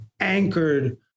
anchored